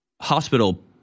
hospital